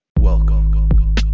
Welcome